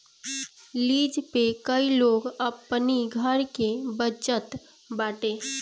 lease पे कई लोग अपनी घर के बचत बाटे